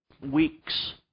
weeks